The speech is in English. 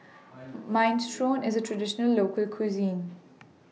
Minestrone IS A Traditional Local Cuisine